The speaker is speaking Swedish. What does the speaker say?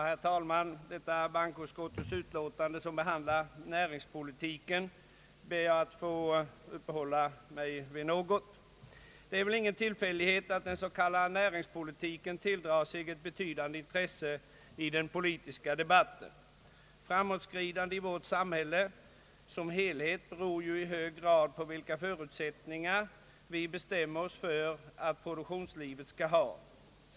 Herr talman! Detta bankoutskottets utlåtande som behandlar näringspolitiken ber jag att få uppehålla mig vid något. Det är väl ingen tillfällighet att den s.k. näringspolitiken tilldrar sig ett betydande intresse i den politiska debatten. Framåtskridandet i vårt sam hälle som helhet beror i hög grad på vilka förutsättningar vi bestämmer oss för att produktionslivet skall ha.